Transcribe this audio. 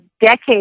decades